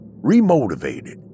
remotivated